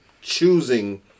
choosing